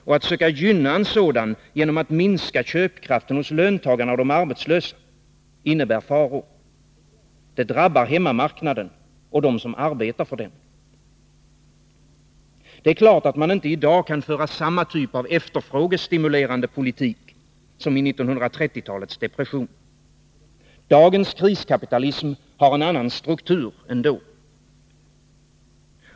Och att söka gynna en sådan genom att minska köpkraften hos löntagarna och de arbetslösa, det innebär faror. Det drabbar hemmamarknaden och dem som arbetar för den. Det är klart att man i dag inte kan föra samma typ av efterfrågestimulerande politik som i 1930-talets depression. Dagens kriskapitalism har en annan struktur än då.